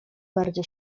bardzo